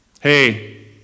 hey